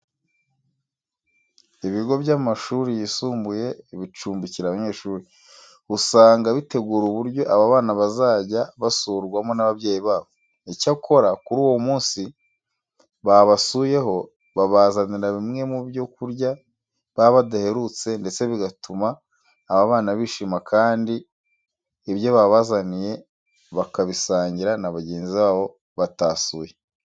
Ibigo by'amashuri yisumbuye bicumbikira abanyeshuri, usanga bitegura uburyo aba bana bazajya basurwamo n'ababyeyi babo. Icyakora kuri uwo munsi babasuyeho babazanira bimwe mu byo kurya baba badaherutse ndetse bigatuma aba bana bishima kandi ibyo babazaniye bakabisangira na bagenzi babo batasuye.